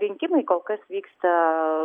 ir rinkimai kol kas vyksta